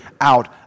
out